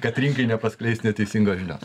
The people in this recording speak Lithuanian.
kad rinkai nepaskleist neteisingos žinios